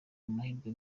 amahirwe